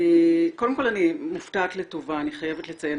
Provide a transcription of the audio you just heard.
קודם כול אני מופתעת לטובה, אני חייבת לציין.